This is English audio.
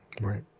Right